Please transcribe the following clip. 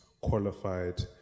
qualified